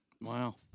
Wow